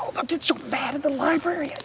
but get so mad at the library.